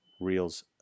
Reels